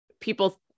people